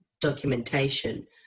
documentation